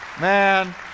Man